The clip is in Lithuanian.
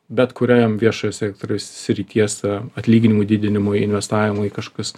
bet kuriam viešojo sektoriaus srities atlyginimų didinimui investavimui į kažkokius